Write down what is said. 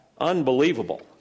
Unbelievable